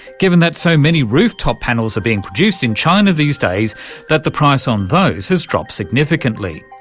given that so many rooftop panels are being produced in china these days that the price on those has dropped significantly.